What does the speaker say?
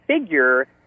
figure